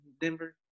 Denver